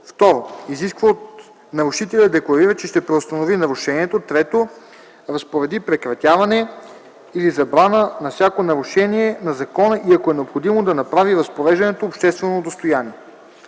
2. изиска от нарушителя да декларира, че ще преустанови нарушението; 3. разпореди прекратяване или забрана на всяко нарушение на закона и, ако е необходимо, да направи разпореждането обществено достояние.”